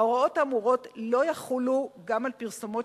ההוראות האמורות לא יחולו גם על פרסומות